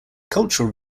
cultural